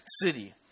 city